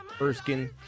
Erskine